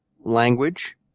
language